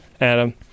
Adam